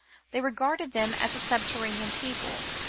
they regarded them as a sub terranean people,